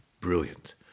Brilliant